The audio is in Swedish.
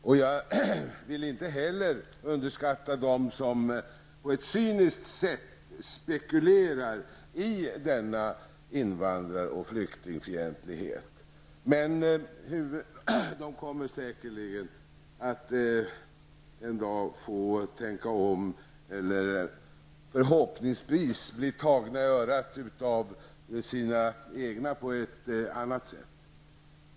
Jag vill heller inte underskatta dem som på ett cyniskt sätt spekulerar i denna invandrar och flyktingfientlighet. De kommer säkerligen att få tänka om en dag, eller förhoppningsvis bli tagna i örat av sina egna på annat sätt.